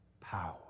power